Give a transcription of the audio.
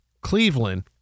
cleveland